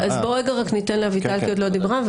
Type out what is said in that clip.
בואו רגע ניתן לאביטל כי היא עוד לא דיברה,